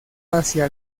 hacia